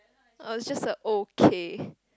uh it was just a ok